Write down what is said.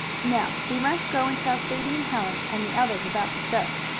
now we must go and tell sadie and helen and the others about the show.